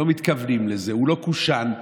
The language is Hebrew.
לא קושאן,